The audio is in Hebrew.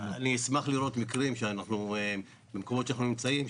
אני אשמח לראות מקרים כאלו במקומות שאנחנו נמצאים.